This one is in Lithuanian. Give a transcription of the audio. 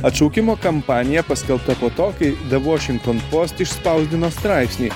atšaukimo kampanija paskelbta po to kai the washington post išspausdino straipsnį